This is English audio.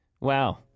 Wow